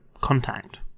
contact